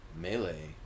melee